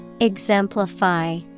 Exemplify